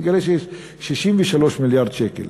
התגלה שיש 63 מיליארד שקל